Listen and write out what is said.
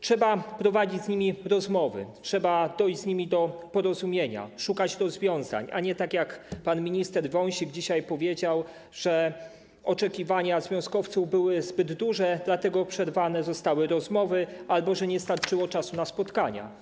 Trzeba prowadzić z nimi rozmowy, trzeba dojść z nimi do porozumienia, szukać rozwiązań, a nie - tak jak pan minister Wąsik dzisiaj powiedział - uznać, że oczekiwania związkowców były zbyt duże, dlatego przerwane zostały rozmowy albo że nie starczyło czasu na spotkania.